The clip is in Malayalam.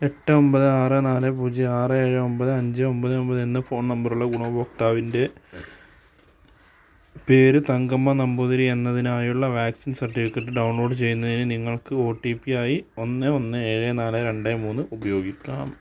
എട്ട് ഒൻപത് ആറ് നാല് പൂജ്യം ആറ് ഏഴ് ഒൻപത് അഞ്ച് ഒൻപത് ഒൻപത് എന്ന ഫോൺ നമ്പറുള്ള ഗുണഭോക്താവിൻ്റെ പേര് തങ്കമ്മ നമ്പൂതിരി എന്നതിനായുള്ള വാക്സിൻ സർട്ടിഫിക്കറ്റ് ഡൗൺലോഡ് ചെയ്യുന്നതിന് നിങ്ങൾക്ക് ഒ ടി പി ആയി ഒന്ന് ഒന്ന് ഏഴ് നാല് രണ്ട് മൂന്ന് ഉപയോഗിക്കാം